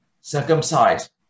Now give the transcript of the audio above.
circumcised